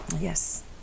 Yes